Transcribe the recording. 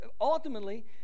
ultimately